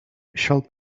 shall